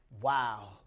wow